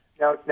now